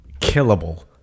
killable